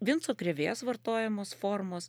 vinco krėvės vartojamos formos